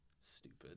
Stupid